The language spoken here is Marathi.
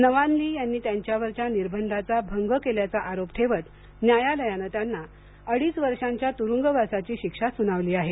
नवाल्नी यांनी त्यांच्यावरच्या निर्बंधांचा भंग केल्याचा आरोप ठेवत न्यायालयानं त्यांना अडीच वर्षांच्या तुरुंगवासाची शिक्षा सुनावली आहे